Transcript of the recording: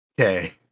Okay